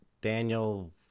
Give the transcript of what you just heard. Daniel